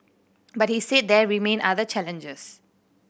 but he said there remain other challenges